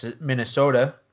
Minnesota